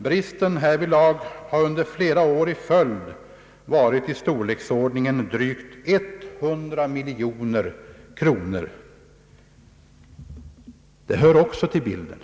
Bristen härvidlag har under flera år i följd varit i storleksordningen drygt 100 miljoner kronor. Det hör också till bilden.